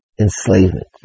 enslavement